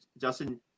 Justin